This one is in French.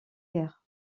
guerre